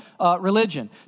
religion